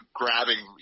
grabbing